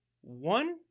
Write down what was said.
One